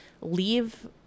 leave